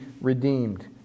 redeemed